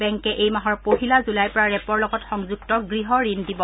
বেংকে এই মাহৰ পহিলা জুলাইৰ পৰা ৰেপৰ লগত সংযুক্ত গৃহঋণ দিব